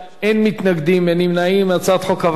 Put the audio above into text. הצעת החוק עברה בקריאה שנייה, רבותי.